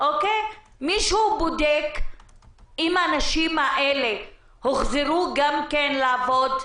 מישהו בודק אם הנשים האלה הוחזרו גם כן לעבוד?